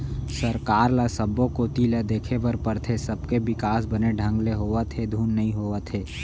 सरकार ल सब्बो कोती ल देखे बर परथे, सबके बिकास बने ढंग ले होवत हे धुन नई होवत हे